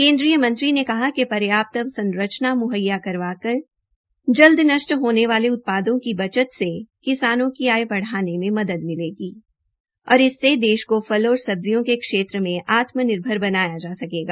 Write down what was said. केन्द्रीय मंत्री ने कहा कि पर्याप्त अवसंरचना म्हैया करवा कर नष्ट्र होने वाले उत्पादों की बचत से किसानों की आय बढ़ाने में मदद मिलेगी और इससे देश को फल और सब्जियों के क्षेत्र में आत्म निर्भर बनाया जा सकेगा